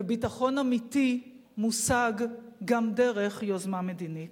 וביטחון אמיתי מושג גם דרך יוזמה מדינית.